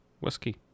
whiskey